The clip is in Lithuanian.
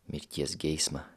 mirties geismą